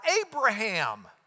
Abraham